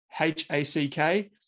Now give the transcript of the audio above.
H-A-C-K